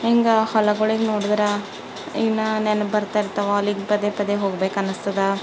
ಹಿಂಗೆ ಹೊಲಗಳಿಗೆ ನೋಡಿದ್ರೆ ಇನ್ನೂ ನೆನ್ಪು ಬರ್ತಾಯಿರ್ತಾವೆ ಅಲ್ಲಿಗೆ ಪದೇ ಪದೇ ಹೋಗ್ಬೇಕು ಅನ್ನಸ್ತದ